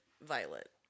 Violet